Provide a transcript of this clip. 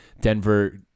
Denver